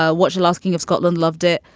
ah what you asking if scotland loved it?